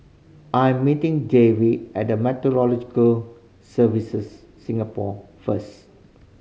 I'm meeting Davy at the Meteorological Services Singapore first